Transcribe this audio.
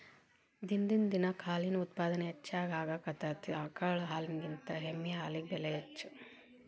ದಿನದಿಂದ ದಿನಕ್ಕ ಹಾಲಿನ ಉತ್ಪಾದನೆ ಹೆಚಗಿ ಆಗಾಕತ್ತತಿ ಆಕಳ ಹಾಲಿನಕಿಂತ ಎಮ್ಮಿ ಹಾಲಿಗೆ ಬೆಲೆ ಹೆಚ್ಚ